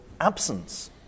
absence